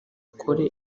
akore